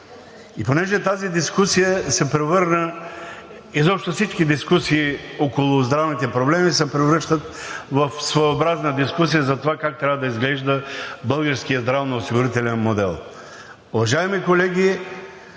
И понеже тази дискусия се превърна, изобщо всички дискусии около здравните проблеми, се превръщат в своеобразна дискусия за това как трябва да изглежда българският здравноосигурителен модел. Уважаеми колеги,